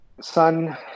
Son